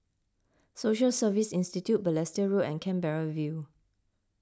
Social Service Institute Balestier Road and Canberra View